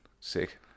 sick